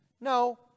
No